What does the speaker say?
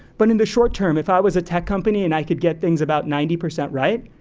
but in the short term if i was a tech company and i could get things about ninety percent right,